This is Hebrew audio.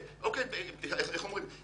איך אומרים?